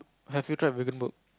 have you tried Vegan Burg